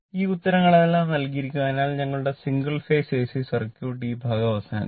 ഈ ഉത്തരങ്ങളെല്ലാം നൽകിയിരിക്കുന്നു അതിനാൽ ഞങ്ങളുടെ സിംഗിൾ ഫേസ് എസി സർക്യൂട്ട് ഈ ഭാഗം അവസാനിച്ചു